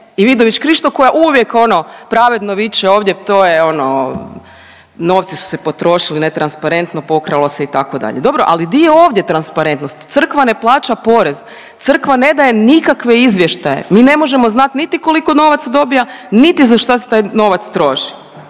i Vidović Krišto koja uvijek ono pravedno viče ovdje to je ono novci su se potrošili netransparentno, pokralo se itd., dobro, ali di je ovdje transparentnost? Crkva ne plaća porez, crkva ne daje nikakve izvještaje, mi ne možemo znat niti koliko novaca dobija, niti za šta se taj novac troši.